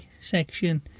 section